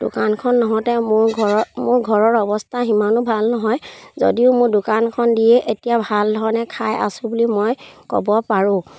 দোকানখন নহওঁতে মোৰ ঘৰৰ মোৰ ঘৰৰ অৱস্থা সিমানো ভাল নহয় যদিও মোৰ দোকানখন দিয়ে এতিয়া ভাল ধৰণে খাই আছোঁ বুলি মই ক'ব পাৰোঁ